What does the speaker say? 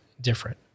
different